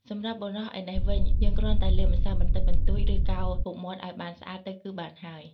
សម្រាប់បុរសឯណេះវិញយើងគ្រាន់តែលាបម្សៅបន្តិចបន្តួច ឬកោរពុកមាត់ឱ្យបានស្អាតទៅគឺបានហើយ។